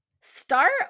Start